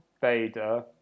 Vader